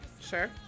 Sure